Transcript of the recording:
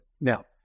Now